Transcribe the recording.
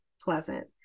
pleasant